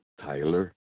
Tyler